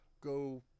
go